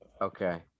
Okay